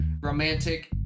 Romantic